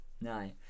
No